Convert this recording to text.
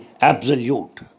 Absolute